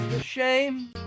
Shame